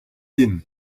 din